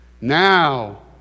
Now